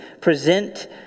present